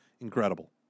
Incredible